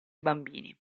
bambini